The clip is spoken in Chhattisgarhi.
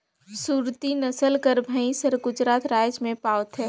सुरती नसल कर भंइस हर गुजरात राएज में पवाथे